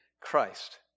Christ